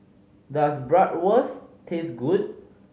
does Bratwurst taste good